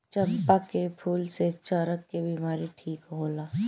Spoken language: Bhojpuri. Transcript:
चंपा के फूल से चरक के बिमारी ठीक होला